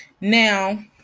Now